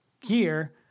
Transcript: gear